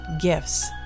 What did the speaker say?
gifts